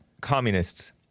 Communists